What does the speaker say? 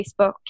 Facebook